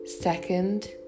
second